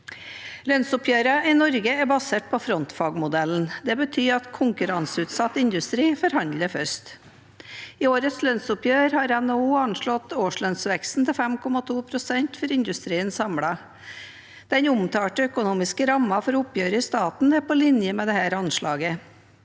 Lønnsoppgjørene i Norge er basert på frontfagsmodellen. Det betyr at konkurranseutsatt industri forhandler først. I årets lønnsoppgjør har NHO anslått årslønnsveksten til 5,2 pst. for industrien samlet. Den avtalte økonomiske rammen for oppgjøret i staten er på linje med dette anslaget.